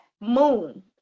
moon